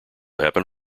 happen